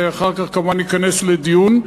ואחר כך כמובן ניכנס לדיון.